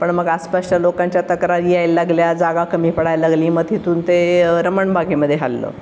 पण मग आसपासच्या लोकांच्या तक्रारी यायला लागल्या जागा कमी पडायला लागली मग तेथून ते रमणबागेमध्ये हललं